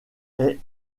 est